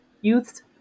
youths